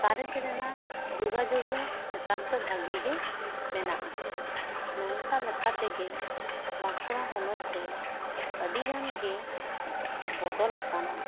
connect ᱨᱮᱱᱟᱜ ᱡᱚᱜᱟ ᱡᱚᱜ ᱦᱚᱸ ᱱᱮᱛᱟᱨ ᱫᱚ ᱵᱷᱟᱜᱮ ᱢᱮᱱᱟᱜᱼᱟ ᱱᱚᱝᱠᱟ ᱞᱮᱠᱟᱛᱮ ᱜᱮ ᱵᱟᱹᱠᱩᱲᱟ ᱦᱚᱱᱚᱛ ᱫᱚ ᱟᱹᱰᱤ ᱜᱟᱱ ᱜᱮ ᱵᱚᱫᱚᱞ ᱟᱠᱟᱱᱟ